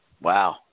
wow